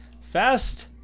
Fast